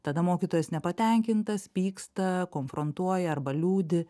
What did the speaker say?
tada mokytojas nepatenkintas pyksta konfrontuoja arba liūdi